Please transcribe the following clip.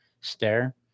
stare